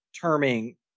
terming